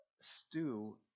stew